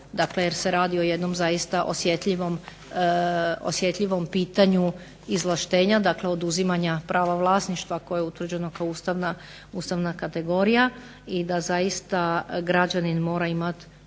dakle jer se radi o jednom zaista osjetljivom pitanju izvlaštenja. Dakle, oduzimanja prava vlasništva koji je utvrđeno kao ustavna kategorija. I da zaista građanin mora imati